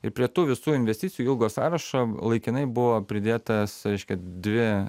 ir prie tų visų investicijų ilgo sąrašo laikinai buvo pridėtas reiškia dvi